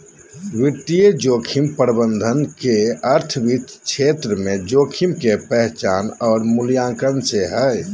वित्तीय जोखिम प्रबंधन के अर्थ वित्त क्षेत्र में जोखिम के पहचान आर मूल्यांकन से हय